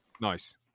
nice